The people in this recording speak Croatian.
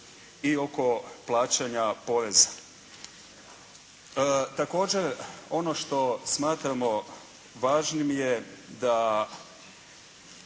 i oko plaćanja poreza. Također ono što smatramo važnim je da